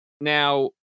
now